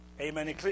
Amen